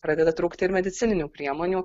pradeda trūkti ir medicininių priemonių